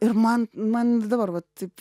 ir man man ir dabar vat taip